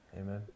Amen